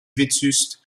vétuste